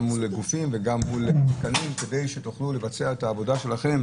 גם מול גופים וגם תקנים כדי שתוכלו לבצע את העבודה שלכם